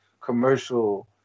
commercial